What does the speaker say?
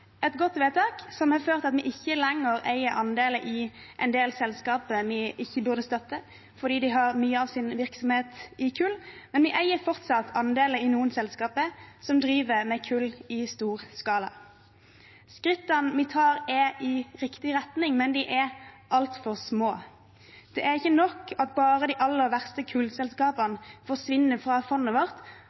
et godt vedtak, som har medført at vi ikke lenger eier andeler i en del selskaper vi ikke burde støtte, fordi de har mye av sin virksomhet i kull. Men vi eier fortsatt andeler i noen selskaper som driver med kull i stor skala. Skrittene vi tar, er i riktig retning, men de er altfor små. Det er ikke nok at bare de aller verste kullselskapene forsvinner fra fondet vårt,